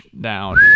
down